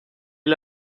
est